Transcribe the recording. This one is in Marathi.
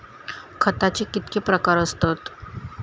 खताचे कितके प्रकार असतत?